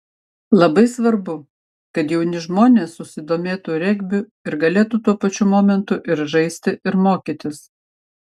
labai svarbu kad jauni žmonės susidomėtų regbiu ir galėtų tuo pačiu momentu ir žaisti ir mokytis